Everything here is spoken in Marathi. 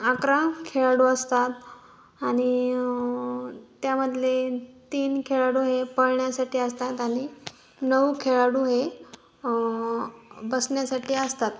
अकरा खेळाडू असतात आणि त्यामधले तीन खेळाडू हे पळण्यासाठी असतात आणि नऊ खेळाडू हे बसण्यासाठी असतात